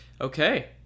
Okay